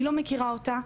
אני לא מכירה אותה,